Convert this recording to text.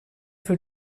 für